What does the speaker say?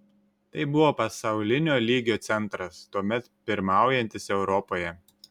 tai buvo pasaulinio lygio centras tuomet pirmaujantis europoje